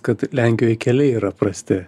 kad lenkijoj keliai yra prasti